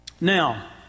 Now